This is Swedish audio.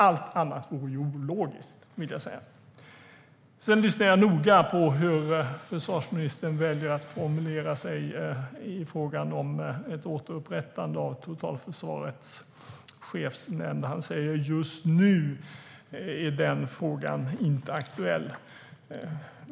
Allt annat vore ju ologiskt. Jag lyssnade noga på hur försvarsministern väljer att formulera sig i fråga om ett återupprättande av totalförsvarets chefsnämnd. Han säger att den frågan just nu inte är aktuell.